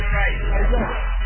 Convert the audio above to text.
right